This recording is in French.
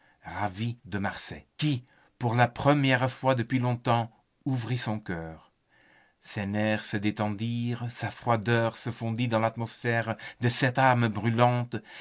ravit de marsay qui pour la première fois depuis longtemps ouvrit son cœur ses nerfs se détendirent sa froideur se fondit dans l'atmosphère de cette âme brûlante